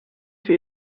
für